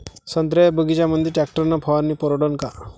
संत्र्याच्या बगीच्यामंदी टॅक्टर न फवारनी परवडन का?